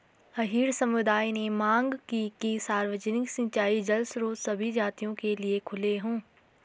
अहीर समुदाय ने मांग की कि सार्वजनिक सिंचाई जल स्रोत सभी जातियों के लिए खुले हों